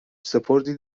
سپردی